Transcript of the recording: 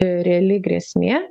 reali grėsmė